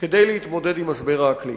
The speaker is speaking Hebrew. כדי להתמודד עם משבר האקלים.